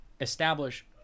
establish